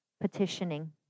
petitioning